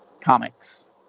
comics